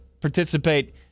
Participate